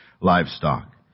livestock